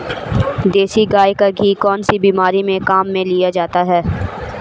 देसी गाय का घी कौनसी बीमारी में काम में लिया जाता है?